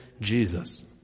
Jesus